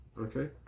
Okay